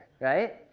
right